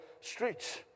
streets